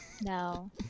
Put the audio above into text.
No